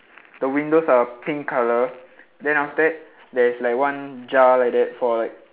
the windows are pink colour then after that there is like one jar like that for like